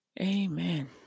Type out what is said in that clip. Amen